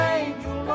angel